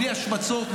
בלי השמצות,